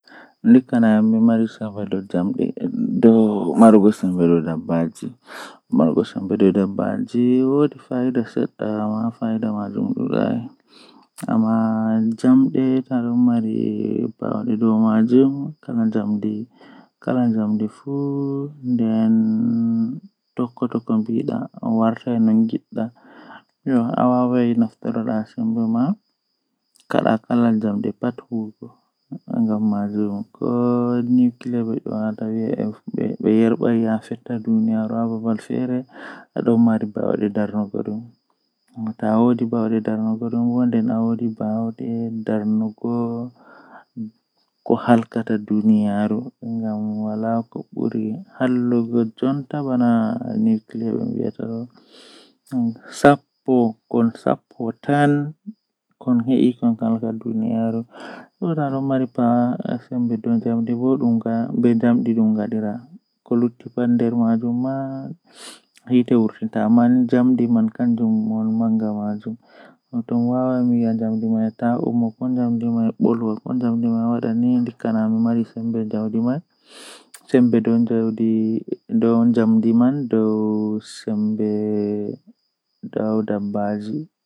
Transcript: No defirta nyamdu jei mi buri yidugo, Aradewol kam awada ndiyam haa fande to ndiyam man dolli ahoosa marori alallita maroori man laaba sei awaila haa nder man to awaili marori ma haa nder nden a acca dum neeba sedda haa marori man yarda ndiyam man sei amemma anana to bendi sei ajippina.